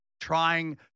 trying